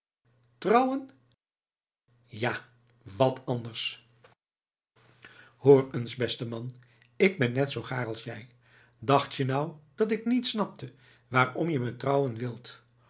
trouwen ja wat anders hoor eens beste man k ben net zoo gaar als jij dacht je nou dat ik niet snapte waarom je me trouwen wilt